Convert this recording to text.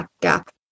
gap